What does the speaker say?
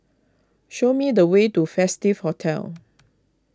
show me the way to Festive Hotel